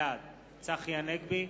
בעד צחי הנגבי,